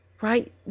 right